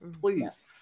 please